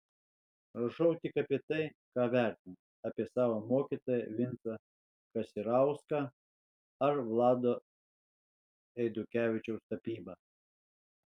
rašau tik apie tai ką vertinu apie savo mokytoją vincą kisarauską ar vlado eidukevičiaus tapybą